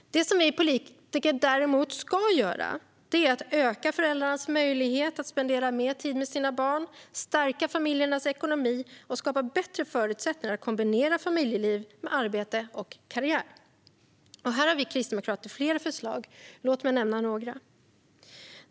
Det som vi politiker däremot ska göra är att öka föräldrarnas möjlighet att spendera tid med sina barn, stärka familjernas ekonomi och skapa bättre förutsättningar att kombinera familjeliv med arbete och karriär. Här har vi kristdemokrater flera förslag. Låt mig nämna några.